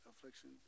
affliction